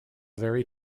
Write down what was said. very